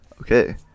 Okay